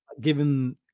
given